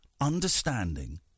understanding